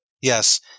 Yes